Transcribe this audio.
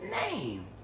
name